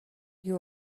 you